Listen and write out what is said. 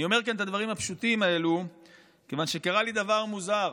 אני אומר כאן את הדברים הפשוטים האלה כיוון שקרה לי דבר מוזר,